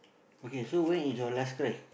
okay so when is your last cry